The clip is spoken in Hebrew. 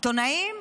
עיתונאים?